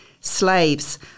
Slaves